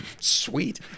Sweet